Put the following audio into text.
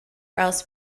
else